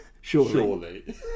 surely